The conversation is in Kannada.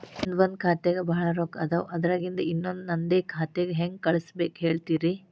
ನನ್ ಒಂದ್ ಖಾತ್ಯಾಗ್ ಭಾಳ್ ರೊಕ್ಕ ಅದಾವ, ಅದ್ರಾಗಿಂದ ಇನ್ನೊಂದ್ ನಂದೇ ಖಾತೆಗೆ ಹೆಂಗ್ ಕಳ್ಸ್ ಬೇಕು ಹೇಳ್ತೇರಿ?